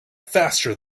faster